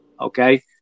okay